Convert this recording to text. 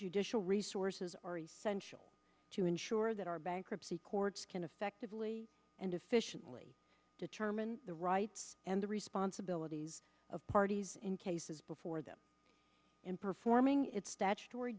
judicial resources are essential to ensure that our bankruptcy courts can effectively and efficiently determine the rights and responsibilities of parties in cases before them in performing its statutory